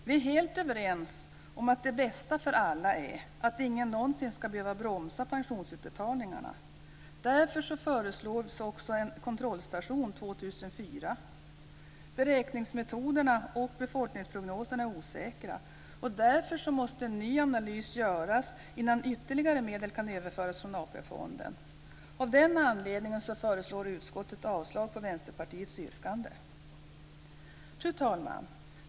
Vi är helt överens om att det är bäst för alla om ingen någonsin behöver bromsa pensionsutbetalningarna. Därför föreslås också en kontrollstation 2004. Beräkningsmetoderna och befolkningsprognoserna är osäkra. Därför måste en ny analys göras innan ytterligare medel kan överföras från AP-fonden. Av den anledningen föreslår utskottet avslag på Vänsterpartiets yrkande. Fru talman!